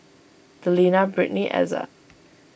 Delina Brittnie Ezzard